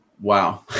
wow